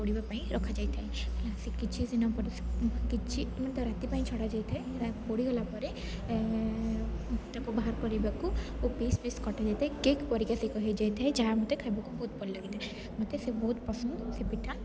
ପୋଡ଼ିବା ପାଇଁ ରଖାଯାଇଥାଏ ହେଲା ସେ କିଛି ଦିନ କିଛି ମାନେ ତାକୁ ରାତି ପାଇଁ ଛଡ଼ା ଯାଇଥାଏ ପୋଡ଼ି ଗଲା ପରେ ତାକୁ ବାହାରକରିବାକୁ ଓ ପିସ୍ ପିସ୍ କଟାଯାଇଥାଏ କେକ୍ ପରିକା ହୋଇଯାଇଥାଏ ଯାହା ମୋତେ ଖାଇବାକୁ ବହୁତ ଭଲ ଲାଗିଥାଏ ମୋତେ ସେ ବହୁତ ପସନ୍ଦ ସେ ପିଠା